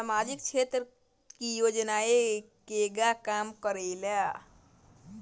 सामाजिक क्षेत्र की योजनाएं केगा काम करेले?